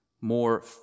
more